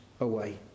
away